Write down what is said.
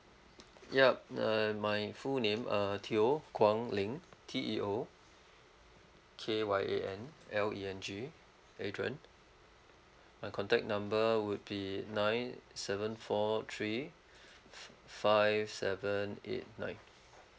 yup uh my full name uh teo kyan leng T E O K Y A N L E N G adrian my contact number would be nine seven four three five seven eight nine